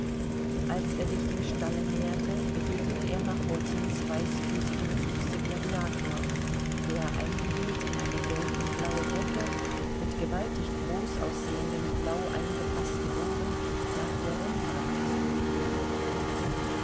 als er sich dem stalle näherte begegnete er machotins weißfüßigem fuchse gladiator der eingehüllt in eine gelb und blaue decke mit gewaltig groß aussehenden blau eingefaßten ohren nach der rennbahn geführt wurde